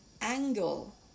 Angle